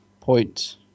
point